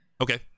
okay